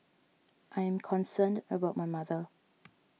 I am concerned about my mother